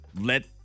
let